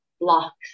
blocks